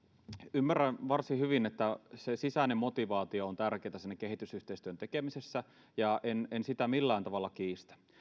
ymmärrän varsin hyvin että se sisäinen motivaatio on tärkeätä siinä kehitysyhteistyön tekemisessä ja en en sitä millään tavalla kiistä